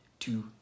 two